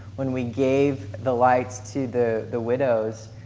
when we gave the lights to the the widows,